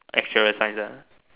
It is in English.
as your assigner